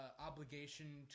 obligation